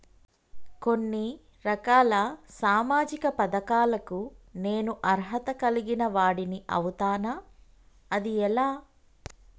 కొన్ని రకాల సామాజిక పథకాలకు నేను అర్హత కలిగిన వాడిని అవుతానా? అది ఎలా?